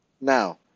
now